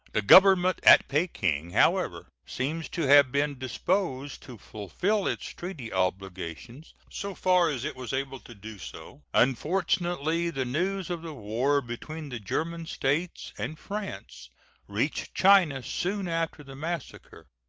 the government at peking, however, seems to have been disposed to fulfill its treaty obligations so far as it was able to do so. unfortunately, the news of the war between the german states and france reached china soon after the massacre.